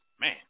man